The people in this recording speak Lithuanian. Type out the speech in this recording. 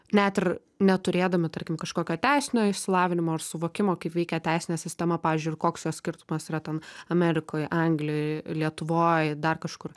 net ir neturėdami tarkim kažkokio teisinio išsilavinimo ar suvokimo kaip veikia teisinė sistema pavyzdžiui ir koks skirtumas yra ten amerikoj anglijoj lietuvoj dar kažkur